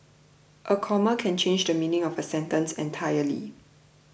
a comma can change the meaning of a sentence entirely